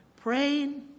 praying